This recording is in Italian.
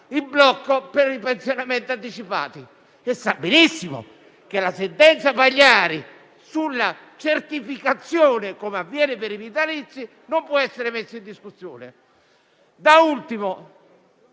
il blocco per i pensionamenti anticipati. Lei sa benissimo che la sentenza Pagliari sulla certificazione, come avviene per i vitalizi, non può essere messa in discussione.